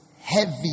heavy